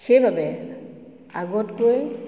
সেইবাবে আগতকৈ